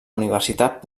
universitat